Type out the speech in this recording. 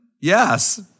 yes